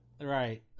Right